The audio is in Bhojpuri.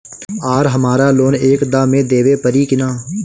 आर हमारा लोन एक दा मे देवे परी किना?